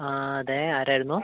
ആ അതെ ആരായിരുന്നു